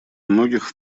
многих